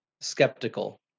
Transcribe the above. skeptical